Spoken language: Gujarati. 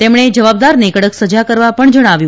તેમણે જવાબદારને કડક સજા કરવા જણાવ્યું